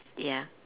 ya